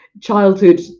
childhood